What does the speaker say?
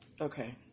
Okay